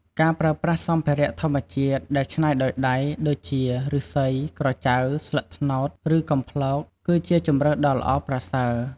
ការប្រើប្រាស់សម្ភារៈធម្មជាតិដែលច្នៃដោយដៃ ដូចជា ឫស្សី ក្រចៅ ស្លឹកត្នោត ឬ កំប្លោក គឺជាជម្រើសដ៏ល្អប្រសើរ។